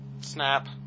Snap